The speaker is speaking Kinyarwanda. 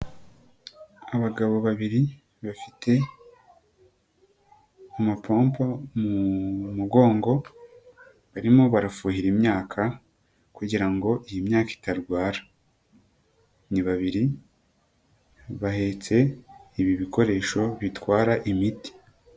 Abagabo babiri bafite amapompo mu mugongo barimo barafuhira imyaka kugira ngo iyi myaka itarwara, ni babiri bahetse ibi bikoresho bitwara imiti.